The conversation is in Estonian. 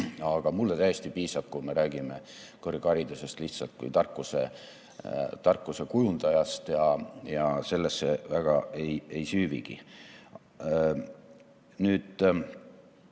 Aga mulle täiesti piisab, kui me räägime kõrgharidusest lihtsalt kui tarkuse kujundajast ja sellesse väga ei süüvigi. Äkki